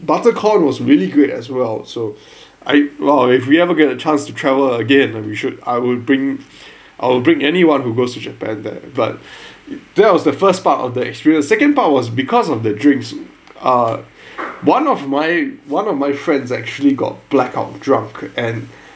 buttered corn was really great as well so I well if we ever get a chance to travel again and we should I would bring I would bring anyone who goes to japan there but that was the first part of the experience second part was because of the drinks uh one of my one of my friends actually got blackout drunk and